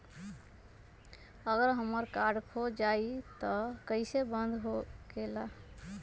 अगर हमर कार्ड खो जाई त इ कईसे बंद होकेला?